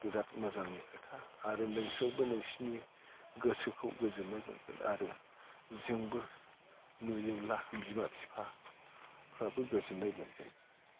बिराद मोजांनि खोथा आरो नोंसोरबो नोंसिनि गोसोखौ गोजोननाय मोनगोन आरो जोंबो नुयोब्ला बिमा बिफाफ्राबो गोजोननाय मोनगोन